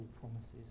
promises